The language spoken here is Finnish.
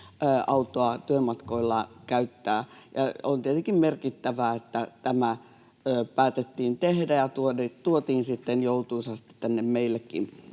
autoa työmatkoillaan käyttämään. Ja on tietenkin merkittävää, että tämä päätettiin tehdä ja tuotiin sitten joutuisasti tänne meillekin